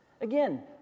again